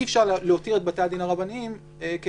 אי-אפשר להותיר את בתי הדין הרבניים כחריג,